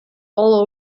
all